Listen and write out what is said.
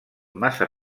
massa